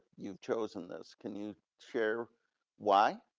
you've chosen this, can you share why?